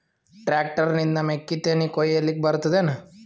Tractor ನಿಂದ ಮೆಕ್ಕಿತೆನಿ ಕೊಯ್ಯಲಿಕ್ ಬರತದೆನ?